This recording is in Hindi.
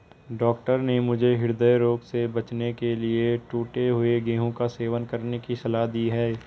डॉक्टर ने मुझे हृदय रोग से बचने के लिए टूटे हुए गेहूं का सेवन करने की सलाह दी है